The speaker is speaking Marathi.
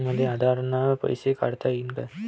मले आधार न पैसे काढता येईन का?